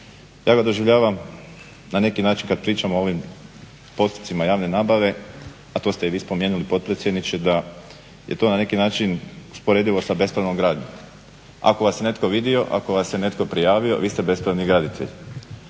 Ja ga doživljavam na neki način kad pričamo o ovim postupcima javne nabave, a to ste i vi spomenuli potpredsjedniče, da je to na neki način usporedivo sa bespravnom gradnjom. Ako vas je netko vidio, ako vas je netko prijavio vi ste bespravni graditelj.